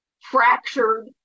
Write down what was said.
fractured